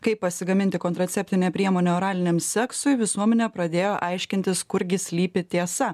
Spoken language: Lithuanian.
kaip pasigaminti kontraceptinę priemonę oraliniam seksui visuomenė pradėjo aiškintis kurgi slypi tiesa